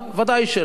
ודאי שלא.